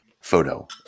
photo